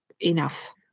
enough